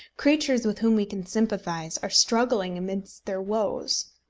creatures with whom we can sympathise, are struggling amidst their woes.